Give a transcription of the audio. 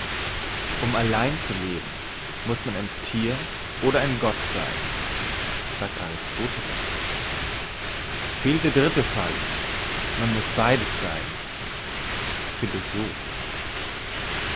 um allein zu leben muss man ein thier oder ein gott sein sagt aristoteles fehlt der dritte fall man muss beides sein philosoph